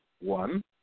One